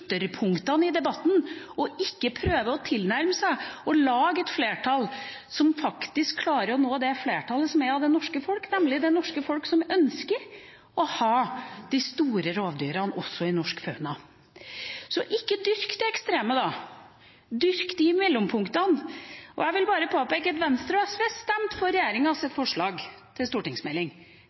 ytterpunktene i debatten og ikke prøver å tilnærme seg å lage et flertall som klarer å nå det som flertallet av det norske folket ønsker, nemlig å ha de store rovdyrene i norsk fauna. Så ikke dyrk det ekstreme da! Dyrk mellompunktene. Jeg vil bare påpeke at Venstre og SV stemte for regjeringas forslag til stortingsmelding.